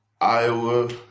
Iowa